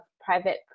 private